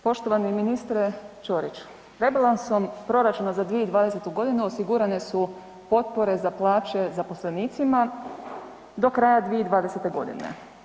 Poštovani ministre Ćorić, rebalansom proračuna za 2020. godinu osigurane su potpore za plaće zaposlenicima do kraja 2020. godine.